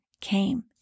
came